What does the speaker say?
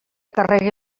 carregui